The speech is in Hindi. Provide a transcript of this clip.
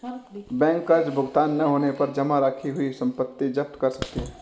बैंक कर्ज भुगतान न होने पर जमा रखी हुई संपत्ति जप्त कर सकती है